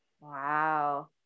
wow